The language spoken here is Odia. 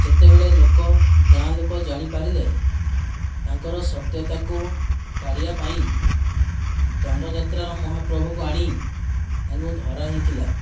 ଯେତେବେଳେ ଲୋକ ଗାଁ ଲୋକ ଜାଣିପାରିଲେ ତାଙ୍କର ସତ୍ୟତାକୁ କାଢ଼ିବା ପାଇଁ ଦଣ୍ଡ ଯାତ୍ରାର ମହାପ୍ରଭୁକୁ ଆଣି ତାଙ୍କୁ ଧରା ହୋଇଥିଲା